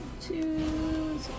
Two